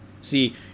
See